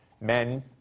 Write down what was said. men